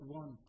one